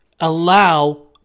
allow